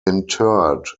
interred